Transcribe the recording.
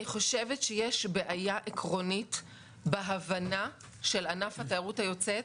אני חושבת שיש בעיה עקרונית בהבנה של ענף התיירות היוצאת